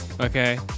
okay